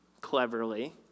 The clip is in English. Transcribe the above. cleverly